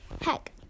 Heck